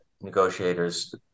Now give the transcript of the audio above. negotiators